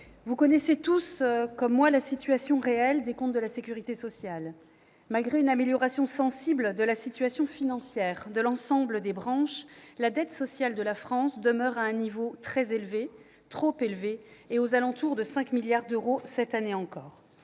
vous connaissez tous, comme moi, la situation « réelle » des comptes de la sécurité sociale. Malgré une amélioration sensible de la situation financière de l'ensemble des branches, la dette sociale de la France demeure à un niveau très élevé, trop élevé, aux alentours de 5 milliards d'euros cette année encore.